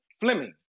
Fleming